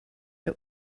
der